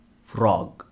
frog